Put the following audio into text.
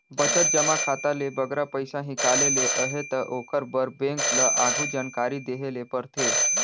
बचत जमा खाता ले बगरा पइसा हिंकाले ले अहे ता ओकर बर बेंक ल आघु जानकारी देहे ले परथे